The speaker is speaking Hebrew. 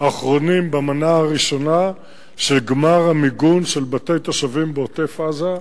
אחרונים במנה הראשונה של גמר המיגון של בתי תושבים בעוטף-עזה,